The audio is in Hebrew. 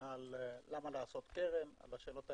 על למה לעשות קרן, על השאלות העקרוניות.